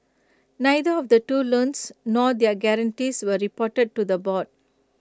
neither of the two loans nor their guarantees were reported to the board